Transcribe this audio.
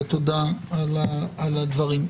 תודה על הדברים.